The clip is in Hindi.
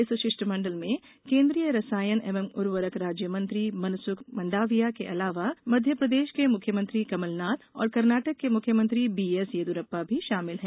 इस शिष्टमंडल में केन्द्रीय रसायन एवं उर्वरक राज्य मंत्री मनसुख मंडाविया के अलावा मध्यप्रदेश के मुख्यमंत्री कमलनाथ और कर्नाटक के मुख्यमंत्री बीएसयेदुरप्पा भी शामिल है